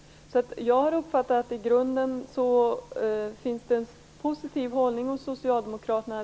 Jag har uppfattat att det i grunden finns en positiv hållning hos Socialdemokraterna.